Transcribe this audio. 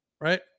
right